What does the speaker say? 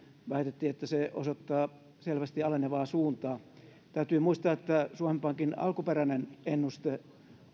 väitettiin että se osoittaa selvästi alenevaa suuntaa täytyy muistaa että suomen pankin alkuperäinen ennuste